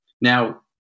Now